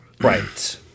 right